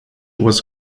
was